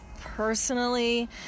personally